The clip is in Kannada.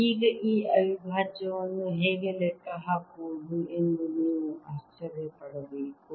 ಈಗ ಈ ಅವಿಭಾಜ್ಯವನ್ನು ಹೇಗೆ ಲೆಕ್ಕ ಹಾಕುವುದು ಎಂದು ನೀವು ಆಶ್ಚರ್ಯ ಪಡಬೇಕು